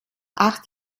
acht